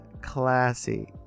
classy